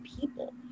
people